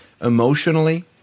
emotionally